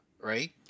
right